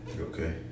Okay